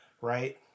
right